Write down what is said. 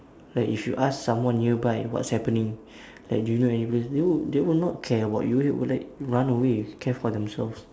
like if you ask someone nearby what's happening like do you know anybody they would they will not care about you they would like run away care for themselves